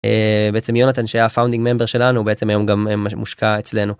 בעצם יונתן שהיה founding member שלנו בעצם היום גם משהו מושקע אצלנו.